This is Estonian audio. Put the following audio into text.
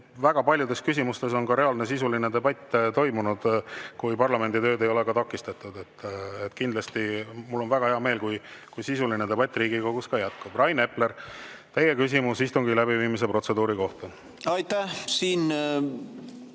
väga paljudes küsimustes on reaalne sisuline debatt toimunud, kui parlamendi tööd ei ole takistatud. Kindlasti mul on väga hea meel, kui sisuline debatt Riigikogus jätkub. Rain Epler, teie küsimus istungi läbiviimise protseduuri kohta! Aitäh, Martin